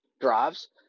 drives